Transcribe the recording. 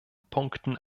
punkten